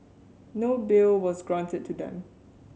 no bail was granted to them